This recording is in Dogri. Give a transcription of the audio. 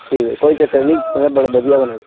ठीक ऐ कोई चक्कर नी तुंदा बड़ा बधिया बनोग